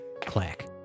clack